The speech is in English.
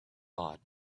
bought